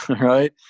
right